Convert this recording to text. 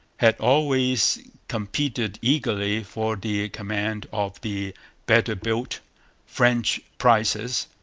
had always competed eagerly for the command of the better built french prizes,